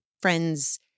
friend's